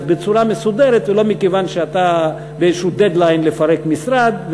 ובצורה מסודרת ולא מכיוון שאתה באיזה "דד-ליין" לפרק משרד,